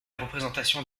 représentation